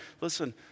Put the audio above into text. Listen